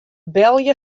belje